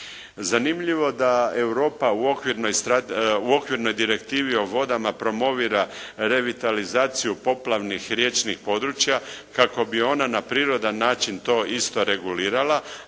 Zanimljivo da Europa u okvirnoj direktivi o vodama promovira revitalizaciju poplavnih riječnih područja kako bi ona na prirodan način to isto regulirala,